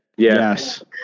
Yes